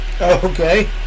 Okay